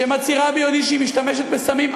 שמצהירה ביודעין שהיא משתמשת בסמים,